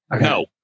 no